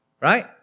right